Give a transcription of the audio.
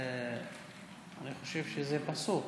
אני חושב שזה פסוק,